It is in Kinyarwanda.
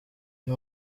iyo